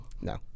No